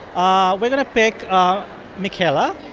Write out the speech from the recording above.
ah we're going to pick michaela.